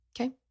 Okay